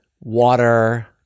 water